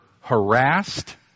harassed